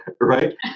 right